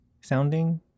sounding